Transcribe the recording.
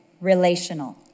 relational